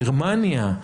גרמניה,